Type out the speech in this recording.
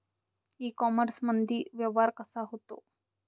इ कामर्समंदी व्यवहार कसा होते?